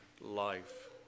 life